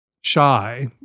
shy